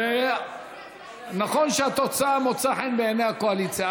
ונכון שהתוצאה מוצאת חן בעיני הקואליציה,